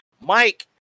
Mike